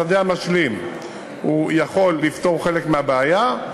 השדה המשלים יכול לפתור חלק מהבעיה,